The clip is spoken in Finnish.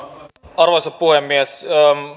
arvoisa puhemies